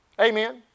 Amen